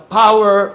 power